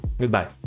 Goodbye